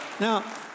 Now